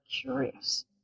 curious